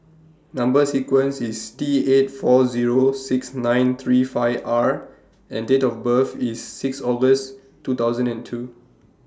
Number sequence IS T eight four Zero six nine three five R and Date of birth IS six August two thousand and two